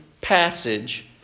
passage